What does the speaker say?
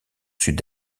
sud